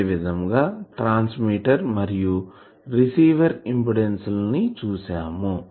అదేవిధం గా ట్రాన్స్మిటర్ మరియు receiver impedance లను చూసాము